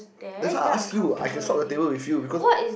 that's why I ask you I can swap the table with you because